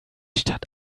stadt